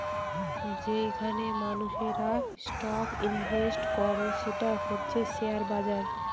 যেইখানে মানুষেরা stock invest করে সেটা হচ্ছে শেয়ার বাজার